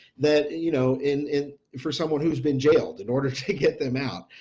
that you know in in for someone who's been jailed in order to get them out.